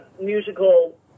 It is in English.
musical